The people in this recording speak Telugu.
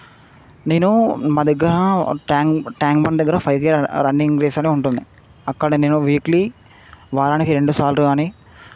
నేను మా దగ్గర ట్యాంక్ ట్యాంక్ బండ్ దగ్గర ఫైవ్కే రన్నింగ్ రేస్ అని ఉంటుంది అక్కడ నేను వీక్లీ వారానికి రెండు సార్లు కాని